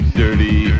dirty